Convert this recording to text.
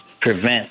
prevent